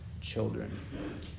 children